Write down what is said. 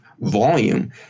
volume